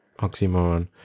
oxymoron